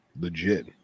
Legit